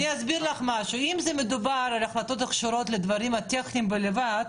אסביר לך: אם מדובר על החלטות הקשורות לדברים טכניים בלבד,